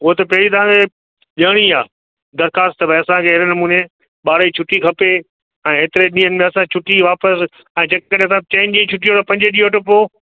उहो त पहिरीं तव्हांखे ॾियणी आहे दर्ख़्वास्त भई असांखे अहिड़े नमूने ॿार जी छुटी खपे ऐं हेतिरे ॾींहनि में असां छुटी वापसि ऐं जे कॾहिं तव्हां चइनि जी छुटी अगरि पंज ॾींहं वठो पोइ